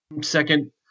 second